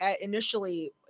initially